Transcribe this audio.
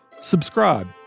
subscribe